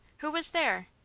who was there?